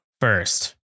first